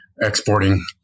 exporting